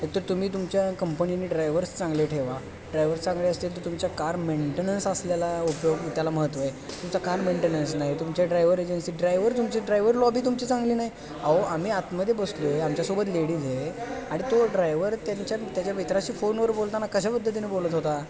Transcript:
एक तर तुम्ही तुमच्या कंपनीने ड्रायव्हर्स चांगले ठेवा ड्रायव्हर्स चांगले असतील तर तुमच्या कार मेंटेनन्स असलेला उपयोग त्याला महत्त्व आहे तुमचा कार मेंटेनन्स नाही तुमच्या ड्रायवर एजन्सी ड्रायव्हर तुमचे ड्रायवर लॉबी तुमची चांगली नाही अहो आम्ही आतमध्ये बसलो आहे आमच्यासोबत लेडीज आहे आणि तो ड्रायवर त्यांच्या त्याच्या मित्राशी फोनवर बोलताना कशा पद्धतीने बोलत होता